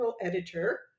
editor